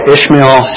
Ishmael